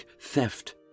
theft